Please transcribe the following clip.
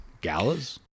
galas